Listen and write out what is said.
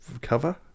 cover